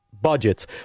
Budgets